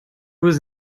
was